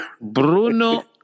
Bruno